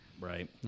Right